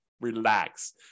relax